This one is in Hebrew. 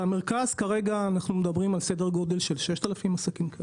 במרכז אנחנו מדברים כרגע על סדר גודל של 6,000 עסקים.